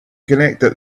connected